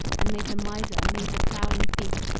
and made the miser, made the prowling thief,